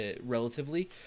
relatively